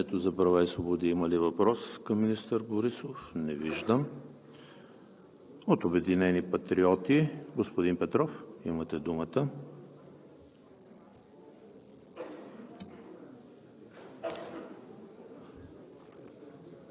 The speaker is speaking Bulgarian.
Благодаря, господин Министър. От „Движението за права и свободи“ има ли въпрос към министър Борисов? Не виждам. От „Обединени патриоти“? Господин Петров, имате думата. ПЕТЪР